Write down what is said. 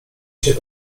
się